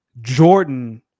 Jordan